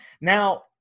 Now